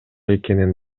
экенин